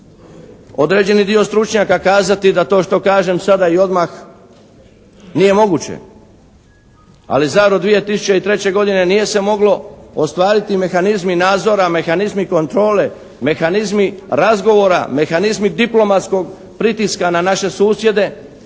određeni dio stručnjaka kazati da to što kažem sada i odmah nije moguće ali zato 2003. godine nije se moglo ostvariti mehanizmi nadzora, mehanizmi kontrole, mehanizmi razgovora, mehanizmi diplomatskog pritiska na naše susjede